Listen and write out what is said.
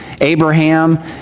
Abraham